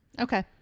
Okay